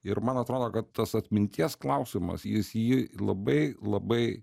ir man atrodo kad tas atminties klausimas jis jį labai labai